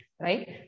right